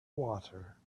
water